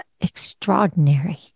extraordinary